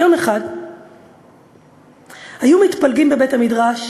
יום אחד היו מתפלגים בבית-המדרש,